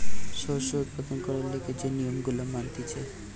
শস্য উৎপাদন করবার লিগে যে নিয়ম গুলা মানতিছে